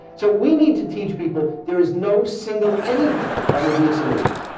so we need to teach people there is no single anything that will be a solution.